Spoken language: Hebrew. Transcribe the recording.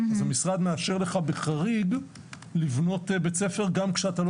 אז המשרד מאשר לך באופן חריג לבנות בית-ספר גם כשאתה לא